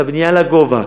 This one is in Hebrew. את הבנייה לגובה.